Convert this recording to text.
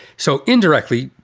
so indirectly,